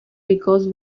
because